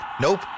Nope